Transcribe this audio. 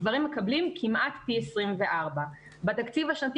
גברים מקבלים כמעט פי 24. בתקציב השנתי